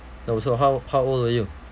no so how how old were you